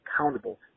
accountable